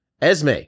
Esme